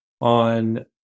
on